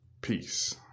Peace